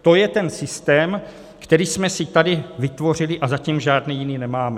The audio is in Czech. To je ten systém, který jsme si tady vytvořili, a zatím žádný jiný nemáme.